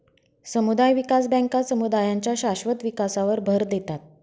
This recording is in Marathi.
समुदाय विकास बँका समुदायांच्या शाश्वत विकासावर भर देतात